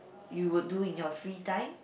you would do in your free time